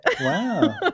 Wow